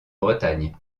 bretagne